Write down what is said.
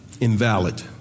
invalid